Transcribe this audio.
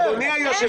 איזה איזון?